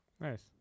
Nice